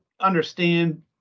understand